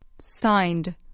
Signed